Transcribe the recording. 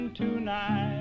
tonight